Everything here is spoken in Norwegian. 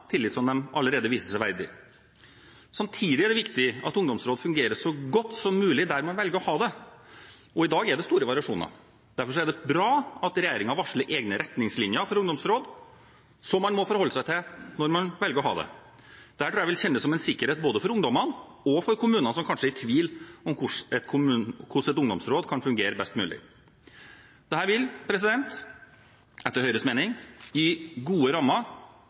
tillit som de allerede viser seg verdig. Samtidig er det viktig at ungdomsråd fungerer så godt som mulig der man velger å ha det, og i dag er det store variasjoner. Derfor er det bra at regjeringen varsler egne retningslinjer for ungdomsråd som man må forholde seg til når man velger å ha det. Dette tror jeg vil kjennes som en sikkerhet både for ungdommene og for kommuner som kanskje er i tvil om hvordan et ungdomsråd kan fungere best mulig. Dette vil etter Høyres mening gi gode rammer